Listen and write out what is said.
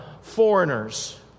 foreigners